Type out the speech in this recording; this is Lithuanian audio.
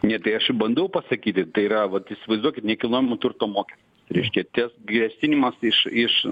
ne tai aš ir bandau pasakyti tai yra vat įsivaizduok nekilnojamo turto mokest reiškia tas grasinimas iš iš